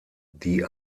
die